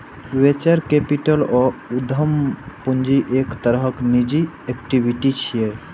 venture capital या उद्यम पूंजी एक तरहक निजी इक्विटी छियै